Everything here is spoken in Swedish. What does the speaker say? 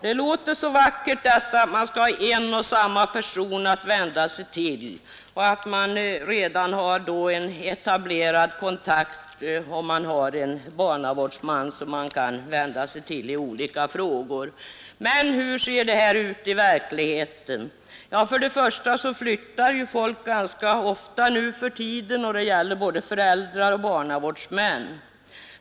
Det låter så vackert att man skall ha en och samma person att vända sig till och att man redan har en etablerad kontakt om man har en barnavårdsman som man kan vända sig till i olika frågor. Men hur ser det ut i verkligheten? Ja, för det första flyttar folk ganska ofta nu för tiden, och det gäller både föräldrar och barnavårdsmän.